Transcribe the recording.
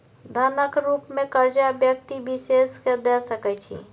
धनक रुप मे करजा व्यक्ति विशेष केँ द सकै छी